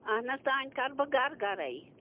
اہن حظ تام کَر بہٕ گَر گَرَے